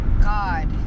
God